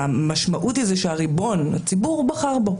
המשמעות היא שהריבון, הציבור, בחר בו.